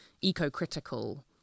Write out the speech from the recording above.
eco-critical